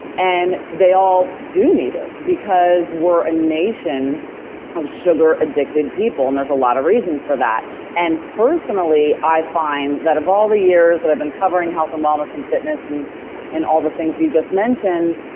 and they all do need it because we're a nation of sugar addicted people. and there's a lot of reasons for that and personally i find that of all the years that i've been covering health and wellness and fitness and and all the things you just mentioned,